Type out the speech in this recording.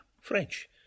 French